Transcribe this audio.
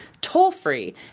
toll-free